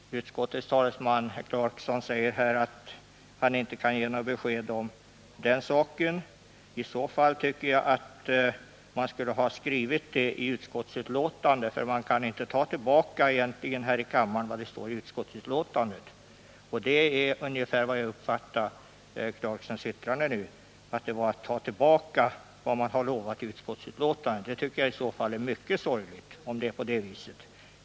Utskottets talesman, herr Clarkson, säger att han inte kan ge besked om den saken. I så fall tycker jag att man skulle ha skrivit det i utskottsbetänkandet, i stället för att egentligen här i kammaren ta tillbaka vad som står i utskottsbetänkandet. Och det var ungefär så jag uppfattade Rolf Clarksons yttrande — att han tog tillbaka vad man har lovat i utskottsbetänkandet. Om det är på det viset tycker jag att det är mycket sorgligt.